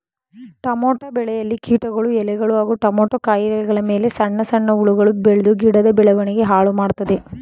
tomato ಬೆಳೆಯಲ್ಲಿ ಕೀಟಗಳು ಎಲೆಗಳು ಹಾಗೂ ಟಮೋಟ ಕಾಯಿಗಳಮೇಲೆ ಸಣ್ಣ ಸಣ್ಣ ಹುಳಗಳು ಬೆಳ್ದು ಗಿಡದ ಬೆಳವಣಿಗೆ ಹಾಳುಮಾಡ್ತದೆ